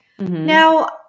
Now